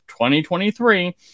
2023